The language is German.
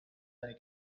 eine